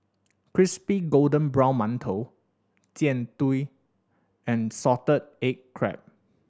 crispy golden brown mantou Jian Dui and salted egg crab